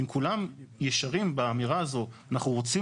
אם כולם ישרים באמירה הזאת 'אנחנו רוצים